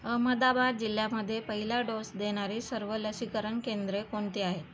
अहमदाबाद जिल्ह्यामध्ये पहिला डोस देणारी सर्व लसीकरण केंद्रे कोणती आहे